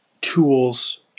tools